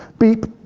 beep,